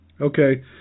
Okay